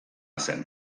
zen